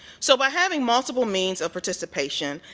so by having multiple means of participation,